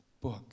book